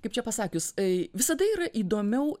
kaip čia pasakius e visada yra įdomiau